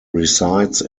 resides